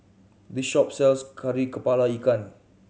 this shop sells Kari Kepala Ikan